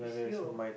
is you